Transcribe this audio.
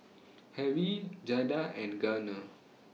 Harrie Jada and Garner